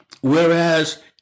Whereas